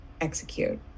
execute